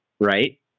right